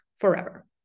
forever